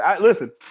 Listen